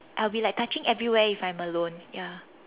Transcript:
I'll be like touching everywhere if I'm alone ya